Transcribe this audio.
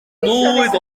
mlwydd